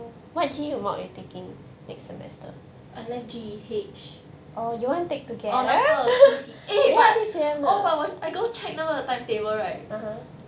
I like G_E_H or 那个 T_C~ eh but orh but 我 I go check now the timetable right